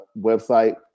website